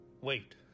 Wait